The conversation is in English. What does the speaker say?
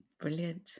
Brilliant